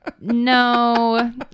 No